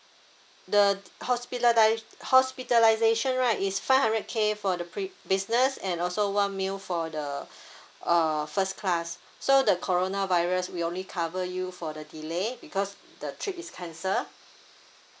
the hospitalised hospitalisation right is five hundred K for the pre~ business and also one meal for the uh first class so the corona virus we only cover you for the delay because the trip is cancel